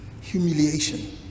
Humiliation